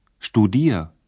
studier